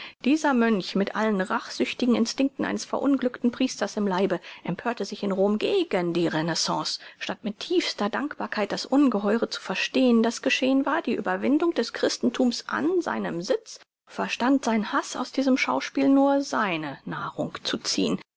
dieser mönch mit allen rachsüchtigen instinkten eines verunglückten priesters im leibe empörte sich in rom gegen die renaissance statt mit tiefster dankbarkeit das ungeheure zu verstehn das geschehen war die überwindung des christenthums an seinem sitz verstand sein haß aus diesem schauspiel nur seine nahrung zu ziehn